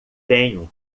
tenho